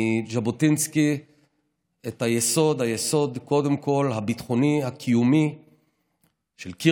מז'בוטינסקי קודם כול את היסוד הביטחוני,